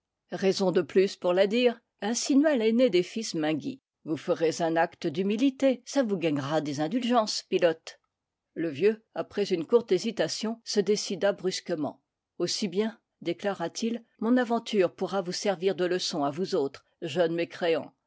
raison de plus pour la dire insinua l'aîné des fils enguy à port blanc menguy vous ferez un acte d humilité ça vous gagnera des indulgences pilote le vieux après une courte hésitation se décida brusque ment aussi bien déclara-t-il mon aventure pourra vous servir de leçon à vous autres jeunes mécréants